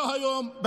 לא היום.